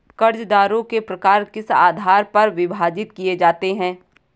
कर्जदारों के प्रकार किस आधार पर विभाजित किए जाते हैं?